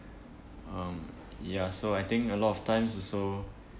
um ya so I think a lot of times also